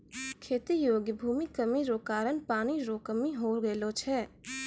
खेती योग्य भूमि कमी रो कारण पानी रो कमी हो गेलौ छै